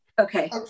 Okay